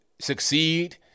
succeed